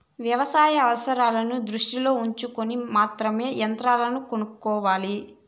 వ్యవసాయ అవసరాన్ని దృష్టిలో ఉంచుకొని మాత్రమే యంత్రాలను కొనుక్కోవాలి